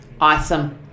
Awesome